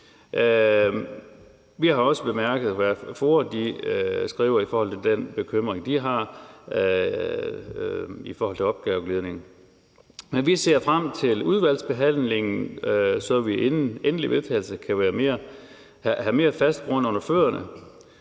Vi har også bemærket, hvad FOA skriver i forhold til den bekymring, de har, som handler om opgaveglidning. Men vi ser frem til udvalgsbehandlingen, så vi inden den endelige vedtagelse kan have mere fast grund under fødderne.